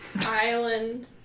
Island